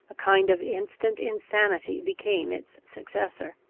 a kind of instant insanity became its successor.